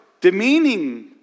demeaning